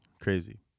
Crazy